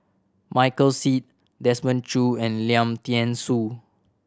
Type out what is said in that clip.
Michael Seet Desmond Choo and Lim Thean Soo